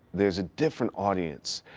there's a different audience.